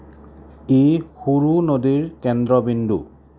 ই সুৰু নদীৰ কেন্দ্ৰবিন্দু